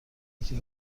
یکی